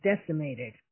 decimated